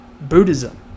buddhism